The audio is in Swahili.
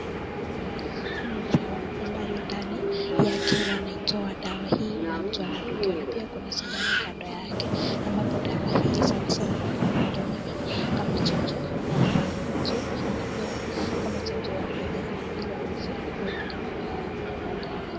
Hii ni dawa ambayo ndani yake wanaitoa dawa hii na mtu anadungiwa na pia kuna sindano kando yake, ambapo dawa hii sana sana ni kama hutumiwa kama chanjo, ambapo mtu anapewa kama chanjo ya ugonjwa fulani ili aweze kuepuka na maradhi ya baadae.